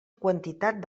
quantitat